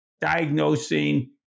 diagnosing